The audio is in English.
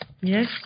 Yes